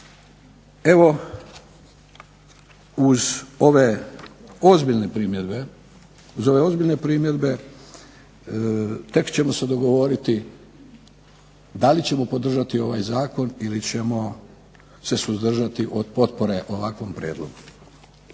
Evo, uz ove ozbiljne primjedbe tek ćemo se dogovoriti da li ćemo podržati ovaj Zakon ili ćemo se suzdržati od potpore ovakvom prijedlogu.